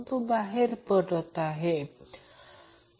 5KHz इतकी bandwidth असेल